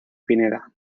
pineda